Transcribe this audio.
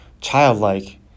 Childlike